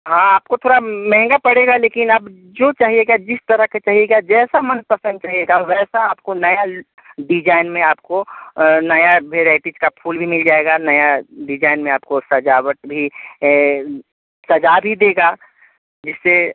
हाँ आप को थोड़ा महेंगा पड़ेगा लेकिन अब जो चाहिएगा जिस तरह का चाहिएगा जैसा मन पसंद करेगा वैसा आपको नया डिजाइन में आपको नया वेराइटी का फूल भी मिल जाएगा नया डिजाइन में आपको सजावट भी सजा भी देगा जिससे